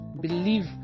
believe